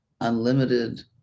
unlimited